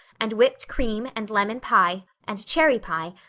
and whipped cream and lemon pie, and cherry pie,